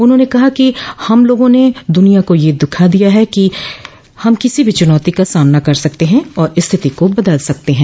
उन्होंने कहा कि हम लोगों ने दुनिया को ये दिखा दिया है कि हम किसी भी चुनौती का सामना कर सकते हैं और स्थिति को बदल सकते हैं